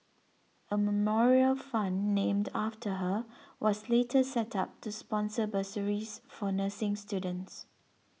a memorial fund named after her was later set up to sponsor bursaries for nursing students